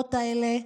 החגיגות האלה,